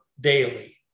daily